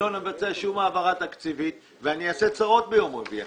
לא נבצע כל העברה תקציבית ואני אעשה צרות ביום רביעי.